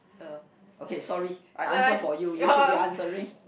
uh okay sorry I answer for you you should be answering